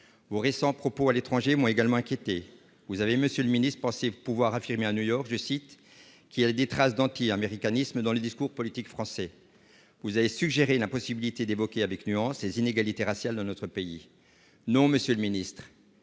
Vos récents propos tenus à l'étranger m'ont également inquiété. Monsieur le ministre, vous avez pensé pouvoir affirmer à New York qu'il y avait des traces d'anti-américanisme dans le discours politique français. Vous avez suggéré l'impossibilité d'évoquer avec nuances les inégalités raciales dans notre pays. Non, monsieur le ministre,